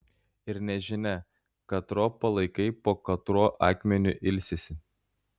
ir nežinia katro palaikai po katruo akmeniu ilsisi